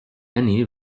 annie